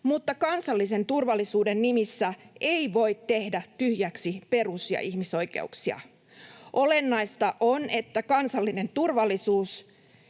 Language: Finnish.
mutta kansallisen turvallisuuden nimissä ei voi tehdä tyhjäksi perus- ja ihmisoikeuksia. Olennaista on, että kansallinen turvallisuus